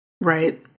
Right